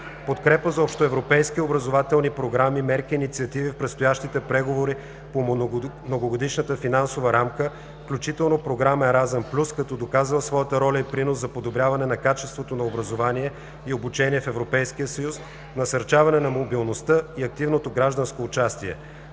подкрепа за общоевропейски образователни програми, мерки и инициативи в предстоящите преговори по Многогодишната финансова рамка, включително програмата „Еразъм +“, като доказала своята роля и принос за подобряване на качеството на образование и обучение в Европейския съюз, насърчаване на мобилността и активното гражданско участие;